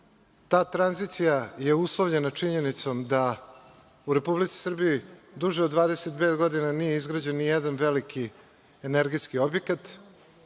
Ta tranzicija je uslovljena činjenicom da u Republici Srbiji duže od 22 godine nije izgrađen nijedan veliki energetski objekat,